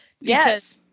Yes